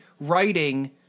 writing